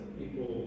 people